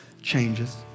changes